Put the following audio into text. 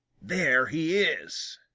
there he is.